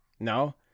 No